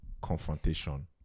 confrontation